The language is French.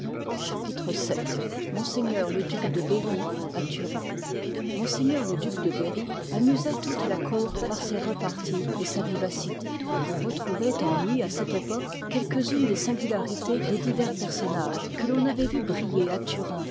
chapitre yil ms le duc de bérrj à turin ms le duc de berry amusoit toute là cour par ses reparties et sa vivacité on retrouvoit en lui à cette époque quelques unes des singularités des divers personnages que ton avoit vus briller à turin